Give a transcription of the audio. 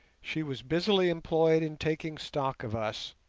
she was busily employed in taking stock of us,